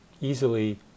easily